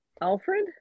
Alfred